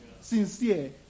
sincere